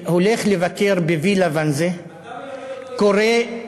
הולך לבקר בווילה ואנזה, אתה מלמד אותו היסטוריה?